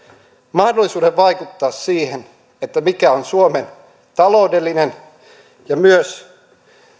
mahdollisuuden vaikuttaa siihen mikä on suomen taloudellinen ja myös